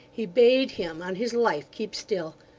he bade him on his life keep still,